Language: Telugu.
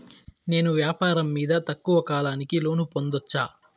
నేను వ్యాపారం మీద తక్కువ కాలానికి లోను పొందొచ్చా?